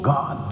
God